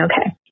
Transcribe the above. okay